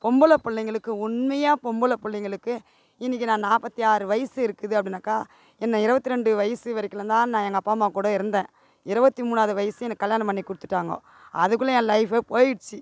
பொம்பளைப் பிள்ளைங்களுக்கு உண்மையாக பொம்பளைப் பிள்ளைங்களுக்கு இன்னைக்கு நான் நாற்பத்தி ஆறு வயசு இருக்குது அப்படின்னாக்கா என்னை இருபத்திரெண்டு வயசு வரைக்கிம் தான் நான் எங்கள் அப்பா அம்மா கூட இருந்தேன் இருபத்தி மூணாவது வயசு என்னை கல்யாணம் பண்ணி கொடுத்துட்டாங்கோ அதுக்குள்ள என் லைஃபே போய்டுச்சி